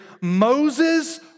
Moses